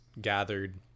gathered